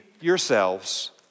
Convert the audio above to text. yourselves